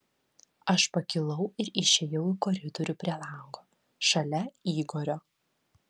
aš pakilau ir išėjau į koridorių prie lango šalia igorio